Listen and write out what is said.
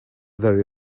there